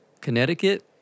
Connecticut